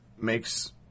makes